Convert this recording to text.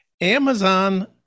Amazon